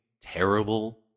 terrible